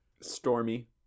Stormy